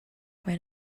when